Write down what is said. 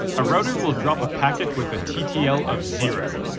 a router will drop a packet with a ttl of zero.